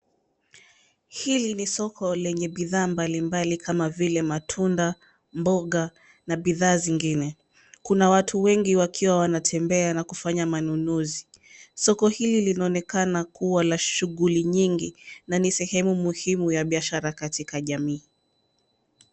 Hili ni soko lenye bidhaa mbalimbali kama vile matunda ,mboga na bidhaa zingine. Kuna watu wengi wakiwa wanatembea na kufanya manunuzi. Soko hili linaonekana kuwa la shughuli nyingi na ni sehemu muhimu ya biashara katika jamii.